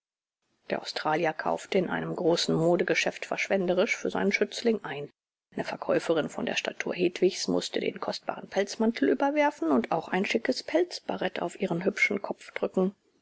der australier kaufte in einem großen modegeschäft verschwenderisch für seinen schützling ein eine verkäuferin von der statur hedwigs mußte den kostbaren pelzmantel überwerfen und auch ein schickes pelzbarett auf ihren hübschen kopf drücken